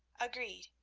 agreed,